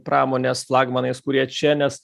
pramonės flagmanais kurie čia nes